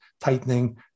tightening